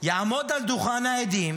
יעמוד על דוכן העדים